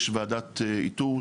יש וועדת איתור,